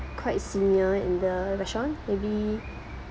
quite senior in the restaurant maybe